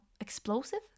explosive